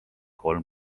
kolm